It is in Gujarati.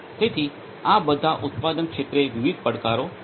તેથી આ બધા ઉત્પાદન ક્ષેત્રે વિવિધ પડકારો છે